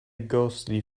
ghostly